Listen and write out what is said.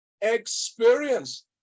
experience